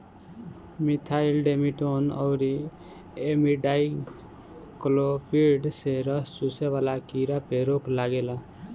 methyl demeton अउरी imidacloprid से रस चुसे वाला कीड़ा पे रोक लागेला